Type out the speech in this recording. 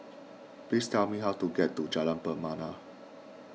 please tell me how to get to Jalan Pernama